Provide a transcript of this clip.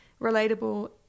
Relatable